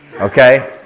Okay